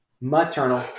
maternal